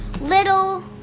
little